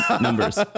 Numbers